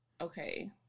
okay